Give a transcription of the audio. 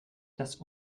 dass